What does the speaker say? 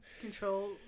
control